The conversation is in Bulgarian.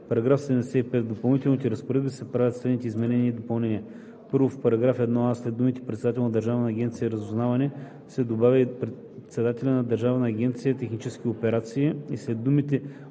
§ 75: „§ 75. В допълнителните разпоредби се правят следните изменения и допълнения: 1. В § 1а след думите „председателят на „Държавна агенция „Разузнаване“ се добавя „и председателят на Държавна агенция „Технически операции“ и след думите